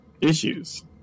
issues